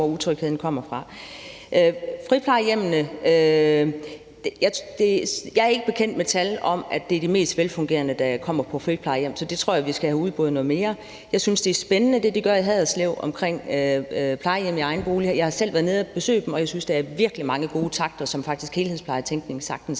angår det om friplejehjemmene, er jeg ikke bekendt med tal om, at det er de mest velfungerende, der kommer på friplejehjem. Så det tror jeg at vi skal have udboret noget mere. Jeg synes, at det er spændende, hvad de gør i Haderslev i forhold til plejehjem i egen bolig. Jeg har selv været nede at besøge dem, og jeg synes, at der er virkelig mange gode takter, og at helhedsplejetænkning faktisk